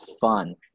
fun